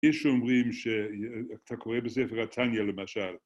‫יש אומרים ש... ‫אתה קורא בספר התניא, למשל.